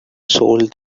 sold